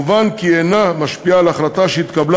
מובן כי היא אינה משפיעה על ההחלטה שהתקבלה